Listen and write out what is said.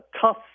tough